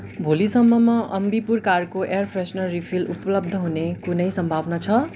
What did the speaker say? भोलिसम्ममा अम्बीपुर कारको air freshener refill उपलब्ध हुने कुनै सम्भावना छ